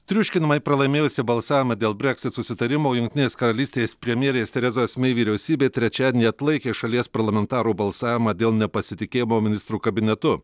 triuškinamai pralaimėjusi balsavimą dėl brexit susitarimo jungtinės karalystės premjerės terezos mei vyriausybė trečiadienį atlaikė šalies parlamentarų balsavimą dėl nepasitikėjimo ministrų kabinetu